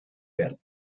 werden